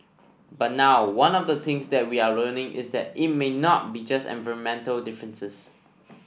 but now one of the things that we are learning is that it may not be just environmental differences